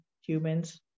humans